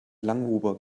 langhuber